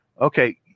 okay